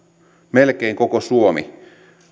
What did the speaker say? melkein koko suomi